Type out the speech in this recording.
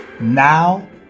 Now